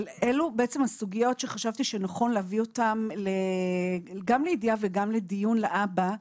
אבל אלו הסוגיות שחשבתי שנכון להביא אותן גם לידיעה וגם לדיון להבא.